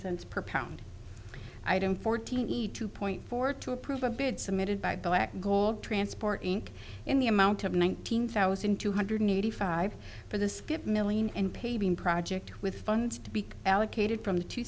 cents per pound item fourteen two point four to approve a bid submitted by black gold transport inc in the amount of nineteen thousand two hundred eighty five for the skip million and paving project with funds to be allocated from the two